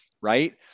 Right